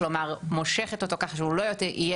כלומר מושכת אותו ככה שהוא לא יהיה